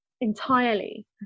entirely